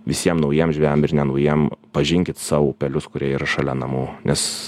visiem naujiem žvejam ir nenaujiem pažinkit savo upelius kurie yra šalia namų nes